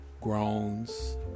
groans